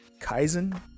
kaizen